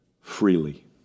freely